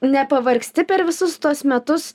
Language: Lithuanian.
nepavargsti per visus tuos metus